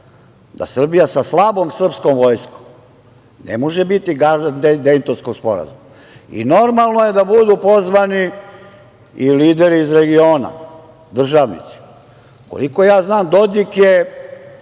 da Srbija sa slabom srpskom vojskom ne može biti garant Dejtonskog sporazuma i normalno je da budu pozvani i lideri iz regiona, državnici. Koliko ja znam, Dodik je